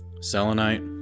selenite